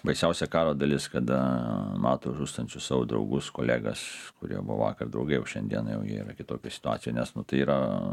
baisiausia karo dalis kada mato žūstančius savo draugus kolegas kurie buo vakar drauge o šiandieną jau jie yra kitokioj situacijoj nes tai yra